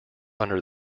under